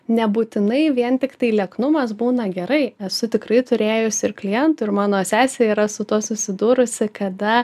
nebūtinai vien tiktai lieknumas būna gerai esu tikrai turėjusi ir klientų ir mano sesė yra su tuo susidūrusi kada